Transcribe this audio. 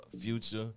Future